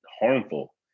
harmful